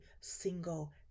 single